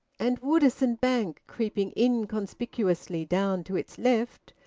and woodisun bank creeping inconspicuously down to its left,